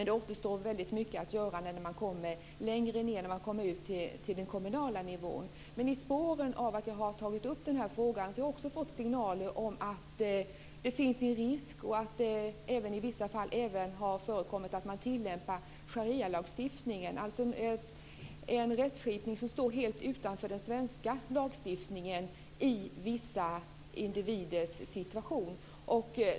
Det återstår dock väldigt mycket att göra när man kommer längre ned, när man kommer ut till den kommunala nivån. I spåren av att jag har tagit upp den här frågan har jag också fått signaler om att det finns en risk för, och att det i vissa fall faktiskt har förekommit, att man tillämpar sharia-lagstiftningen, alltså en rättsskipning som står helt utanför den svenska lagstiftningen, i vissa individers situation.